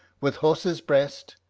with horse's breast,